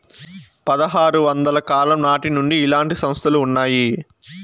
పదహారు వందల కాలం నాటి నుండి ఇలాంటి సంస్థలు ఉన్నాయి